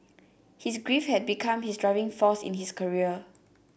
his grief had become his driving force in his career